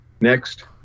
Next